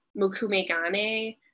mukumegane